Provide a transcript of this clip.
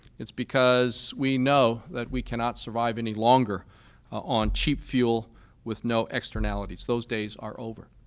it's because we know that we cannot survive any longer on cheap fuel with no externalities. those days are over.